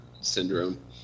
syndrome